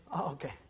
Okay